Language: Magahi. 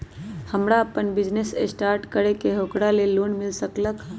हमरा अपन बिजनेस स्टार्ट करे के है ओकरा लेल लोन मिल सकलक ह?